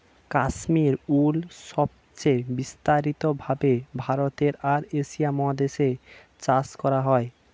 Kashmiri wool সবচেয়ে বিস্তারিত ভাবে ভারতে আর এশিয়া মহাদেশে চাষ করা হয়